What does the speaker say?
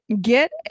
get